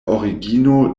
origino